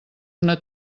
una